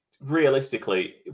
realistically